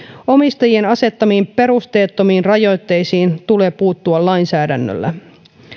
omistajien asettamiin perusteettomiin rajoitteisiin tulee puuttua lainsäädännöllä